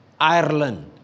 Ireland